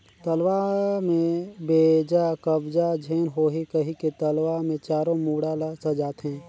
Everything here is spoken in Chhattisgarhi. तलवा में बेजा कब्जा झेन होहि कहिके तलवा मे चारों मुड़ा ल सजाथें